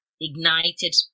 ignited